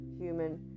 human